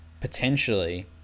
potentially